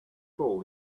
fall